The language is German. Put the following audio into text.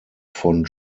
von